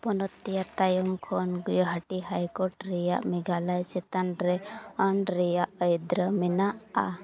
ᱯᱚᱱᱚᱛ ᱛᱮᱭᱟᱨ ᱛᱟᱭᱚᱢ ᱠᱷᱚᱱ ᱜᱳᱣᱟ ᱦᱟᱴᱤ ᱦᱟᱭᱠᱳᱨᱴ ᱨᱮᱭᱟᱜ ᱢᱮᱜᱷᱟᱞᱚᱭ ᱪᱮᱛᱟᱱ ᱨᱮ ᱟᱹᱱ ᱨᱮᱭᱟᱜ ᱟᱹᱭᱫᱟᱹᱨ ᱢᱮᱱᱟᱜᱼᱟ